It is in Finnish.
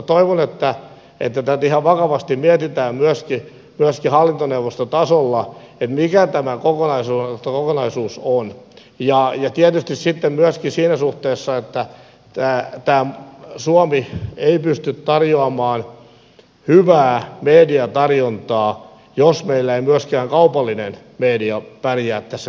toivon että tätä ihan vakavasti mietitään myöskin hallintoneuvostotasolla mikä tämä kokonaisuus on ja tietysti sitten myöskin siinä suhteessa että tämä suomi ei pysty tarjoamaan hyvää mediatarjontaa jos meillä ei myöskään kaupallinen media pärjää tässä kilpailussa